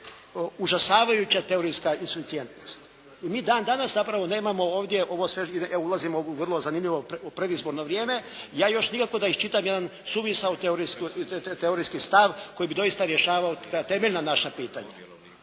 užasavajuća teorijska inspicijentnost i mi dan danas zapravo nemamo ovdje ovo sve, ulazimo u vrlo zanimljivo predizborno vrijeme, ja još nikako da iščitam jedan suvisao teorijski stav koji bi doista rješavao ta temeljna naša pitanja.